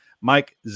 Mike